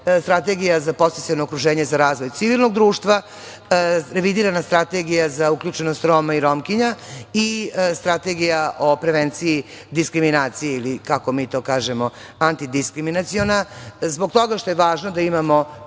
Strategija za podsticajno okruženje za razvoj civilnog društva, revidirana Strategija za uključenost Roma i Romkinja i Strategija o prevenciji diskriminacije ili kako mi to kažemo antidiskriminaciona, zbog toga što je važno da imamo